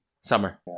Summer